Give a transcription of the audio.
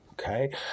Okay